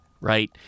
right